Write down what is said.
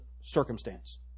circumstance